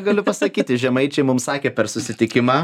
galiu pasakyti žemaičiai mums sakė per susitikimą